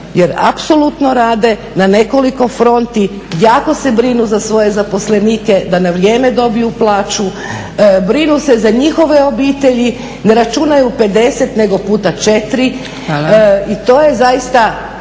jer apsolutno rade na nekoliko fronti, jako se brinu za svoje zaposlenike da na vrijeme dobiju plaću, brinu se za njihove obitelji, ne računaju 50 nego puta 4